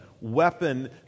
weapon